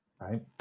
Right